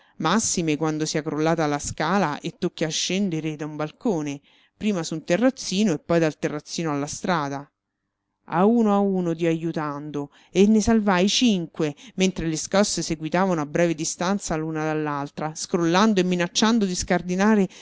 massime quando sia crollata la scala e tocchi a scendere da un balcone prima su un terrazzino e poi dal terrazzino alla strada a uno a uno dio ajutando e ne salvai cinque mentre le scosse seguitavano a breve distanza l'una dall'altra scrollando e minacciando di scardinare